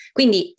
Quindi